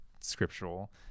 scriptural